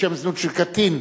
לשם זנות של קטין),